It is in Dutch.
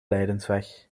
lijdensweg